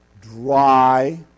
dry